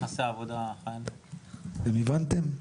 אתם הבנתם?